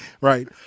right